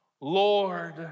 Lord